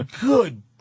good